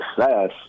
success